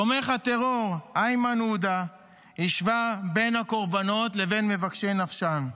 תומך הטרור איימן עודה השווה בין הקורבנות לבין מבקשי נפשן.